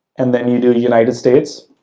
and then you do the united states,